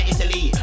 Italy